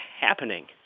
happening